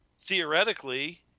theoretically